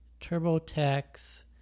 TurboTax